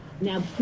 Now